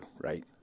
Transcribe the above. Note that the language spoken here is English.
right